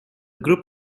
group